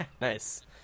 Nice